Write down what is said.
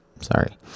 Sorry